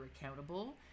accountable